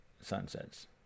sunsets